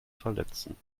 verletzen